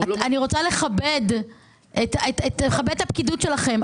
אני רוצה לכבד את הפקידות שלכם.